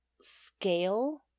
scale